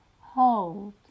hold